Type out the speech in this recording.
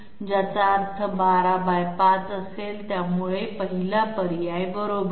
ज्याचा अर्थ 125 असेल त्यामुळे 1ला पर्याय बरोबर आहे